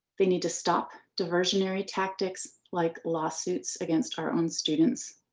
we need to stop diversion nary tactics like lawsuits against our own students.